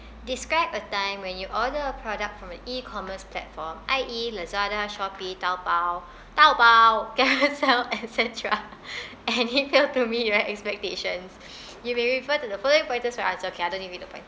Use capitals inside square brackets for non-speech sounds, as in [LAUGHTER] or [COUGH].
describe a time when you order a product from an E commerce platform I_E lazada shopee taobao taobao [LAUGHS] carousell et cetera and it failed to meet your expectations [BREATH] you may refer to the following pointers ah it's okay I don't need to read the pointers